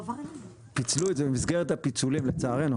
פיצלו את זה במסגרת הפיצולים, לצערנו.